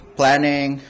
planning